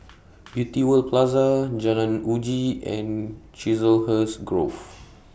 Beauty World Plaza Jalan Uji and Chiselhurst Grove